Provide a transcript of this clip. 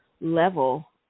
level